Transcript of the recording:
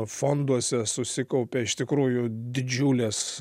fonduose susikaupė iš tikrųjų didžiulės